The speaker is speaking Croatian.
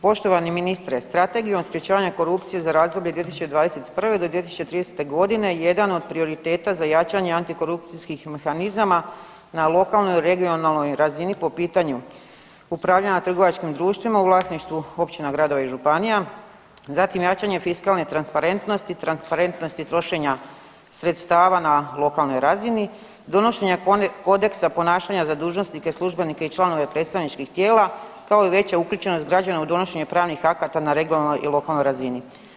Poštovani ministre, Strategijom sprječavanja korupcije za razdoblje 2021. do 2030. godine jedan od prioriteta za jačanje antikorupcijskih mehanizama na lokalnoj, regionalnoj razini po pitanju upravljanja trgovačkim društvima u vlasništvu općina, gradova i županija, zatim jačanje fiskalne transparentnosti i transparentnosti trošenja sredstava na lokalnoj razini, donošenja kodeksa ponašanja za dužnosnike, službenike i članove predstavničkih tijela kao i veća uključenost građana u donošenje pravnih akata na regionalnoj i lokalnoj razini.